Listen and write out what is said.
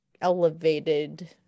elevated